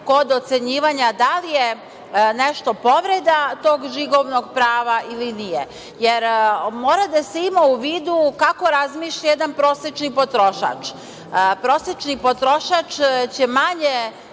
kod ocenjivanja da li je nešto povreda tog žigovnog prava ili nije. Jer, mora da se ima u vidu kako razmišlja jedan prosečni potrošač. Prosečni potrošač će manje